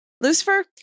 Lucifer